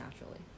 naturally